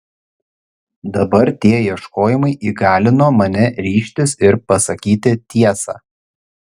dabar tie ieškojimai įgalino mane ryžtis ir pasakyti tiesą